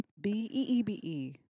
B-E-E-B-E